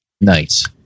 Nice